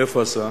איפה השר?